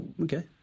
Okay